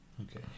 Okay